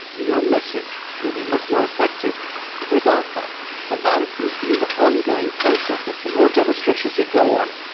your message, would be much more effective without that. now that it seems to me, is an ongoing process, that the more demonstrations you go on,